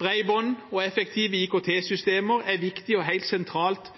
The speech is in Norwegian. Bredbånd og effektive IKT-systemer er viktig og helt sentralt